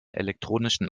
elektrischen